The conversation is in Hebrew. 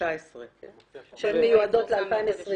שהן מיועדות ל-2020.